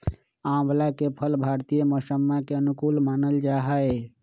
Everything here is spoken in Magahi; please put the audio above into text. आंवला के फल भारतीय मौसम्मा के अनुकूल मानल जाहई